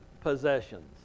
possessions